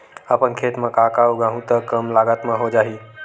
अपन खेत म का का उगांहु त कम लागत म हो जाही?